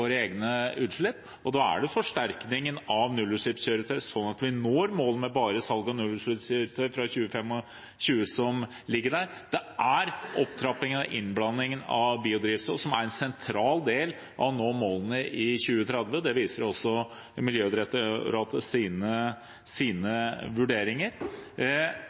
egne utslipp, og da er forsterkningen av nullutslippskjøretøy viktig, slik at vi når målene om salg av bare nullutslippskjøretøy innen 2025. Opptrappingen og innblandingen av biodrivstoff er en sentral del av å nå målene i 2030. Det viser også Miljødirektoratets vurderinger.